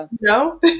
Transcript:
no